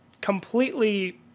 completely